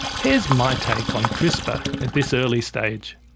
here's my take on crispr at this early stage.